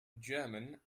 german